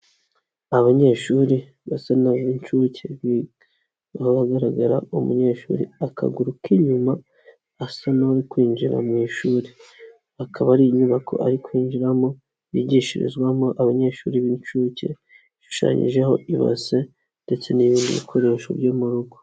Abanyeshuri basa n'ab'inshuke, hakaba hagaragara umunyeshuri akaguru k'inyuma, asa n'uri kwinjira mu ishuri. Akaba ari inyubako ari kwinjiramo yigishirizwamo abanyeshuri b'inshuke, ishushanyijeho ibase ndetse n'ibindi bikoresho byo mu rugo.